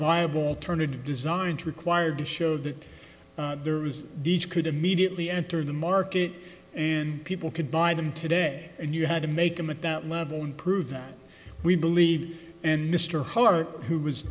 viable alternative design to required to show that there is each could immediately enter the market and people could buy them today and you had to make them at that level and prove that we believe and mr hart who was